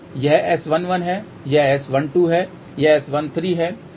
यह S11 है यह S12 है यह S13 है